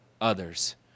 others